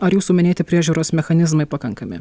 ar jūsų minėti priežiūros mechanizmai pakankami